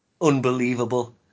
unbelievable